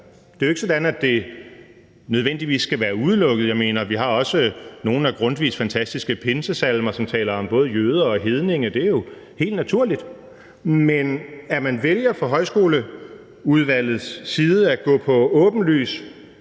Det er jo ikke sådan, at det nødvendigvis skal være udelukket. Vi har også nogle af Grundtvigs fantastiske pinsesalmer, som taler om både jøder og hedninge. Det er jo helt naturligt. Men at man vælger fra højskolesangbogsudvalgets side at gå på åbenlyst